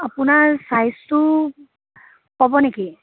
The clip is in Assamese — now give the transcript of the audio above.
আপোনাৰ ছাইজটো ক'ব নেকি